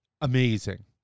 amazing